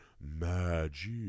magic